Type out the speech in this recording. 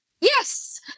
yes